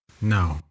No